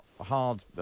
hard